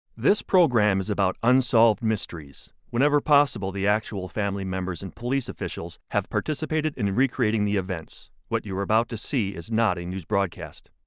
this program is about unsolved mysteries. whenever possible, the actual family members and police officials have participated in recreating the events what you are about to see is not a news broadcast.